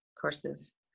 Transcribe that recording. courses